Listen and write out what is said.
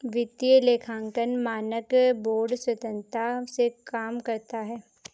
वित्तीय लेखांकन मानक बोर्ड स्वतंत्रता से काम करता है